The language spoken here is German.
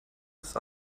ist